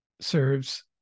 Serves